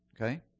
Okay